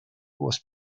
was